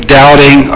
doubting